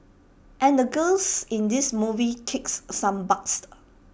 and the girls in this movie kick some butt